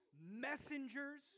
messengers